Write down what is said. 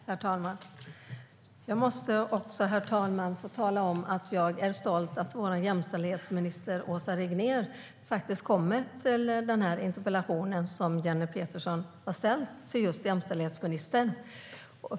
Herr talman! Jag måste få tala om att jag är stolt över att vår jämställdhetsminister Åsa Regnér kommer till debatten om den interpellation som Jenny Petersson har ställt till just jämställdhetsministern.